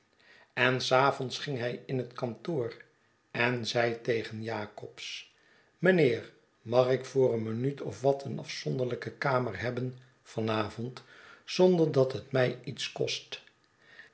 en s avonds ging hij in het kantoor en zei tegen jacobs mynheer mag ik voor een minuut of wat een afzonderlijke kamer hebben van avond zonder dat het mij iets kost